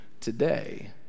today